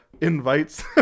invites